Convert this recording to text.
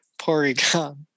Porygon